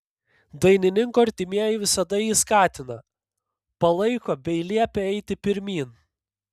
dainininko artimieji visada jį skatina palaiko bei liepia eiti pirmyn